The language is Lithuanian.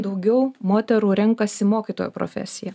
daugiau moterų renkasi mokytojo profesiją